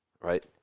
Right